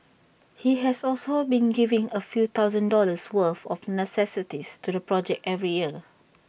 he has also been giving A few thousand dollars worth of necessities to the project every year